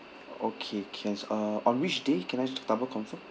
okay cans uh on which day can I just double confirm